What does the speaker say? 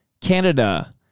Canada